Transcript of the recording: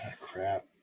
crap